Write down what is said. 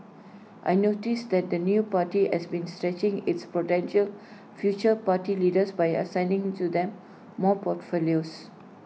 I noticed that the new party has been stretching its potential future party leaders by assigning to them more portfolios